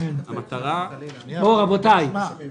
המטרה, בין